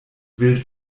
will